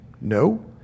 No